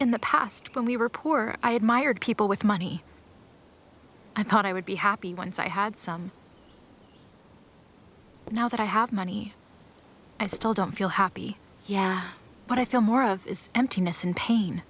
in the past when we were poor i admired people with money i thought i would be happy once i had some now that i have money i still don't feel happy yeah but i feel more of is emptiness and pain